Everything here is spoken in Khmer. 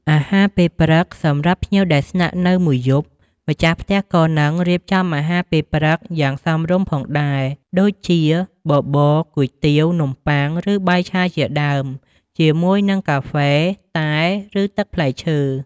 អាហារពេលព្រឹក សម្រាប់ភ្ញៀវដែលស្នាក់នៅមួយយប់ ម្ចាស់ផ្ទះក៏នឹងរៀបចំអាហារពេលព្រឹកយ៉ាងសមរម្យផងដែរ ដូចជាបបរ គុយទាវ នំប៉័ង ឬបាយឆាជាដើម ជាមួយនឹងកាហ្វេ តែ ឬទឹកផ្លែឈើ។